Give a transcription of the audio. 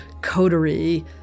coterie